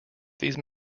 these